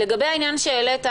לגבי העניין שהעלית,